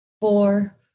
four